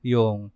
Yung